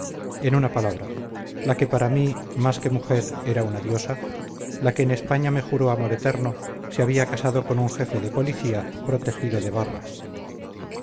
en una palabra la que para mí más que mujer era una diosa la que en españa me juró amor eterno se había casado con un jefe de policía protegido de barras